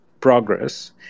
progress